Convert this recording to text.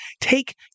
take